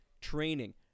training